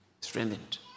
strengthened